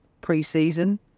pre-season